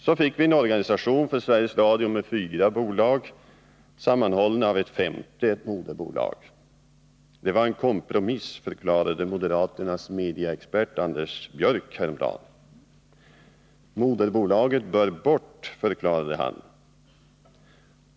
Så fick vi en organisation för Sveriges Radio med fyra bolag, sammanhållna av ett femte — ett moderbolag. Det var en kompromiss, förklarade moderaternas mediaexpert, Anders Björck, häromdagen. Moderbolaget bör bort, förklarade han.